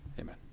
Amen